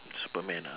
superman ah